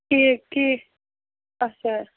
ٹھیٖک ٹھیٖک اَچھا